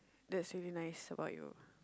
that's really nice about you